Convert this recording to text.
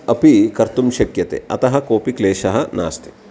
अपि कर्तुं शक्यते अतः कोपि क्लेशः नास्ति